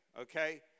Okay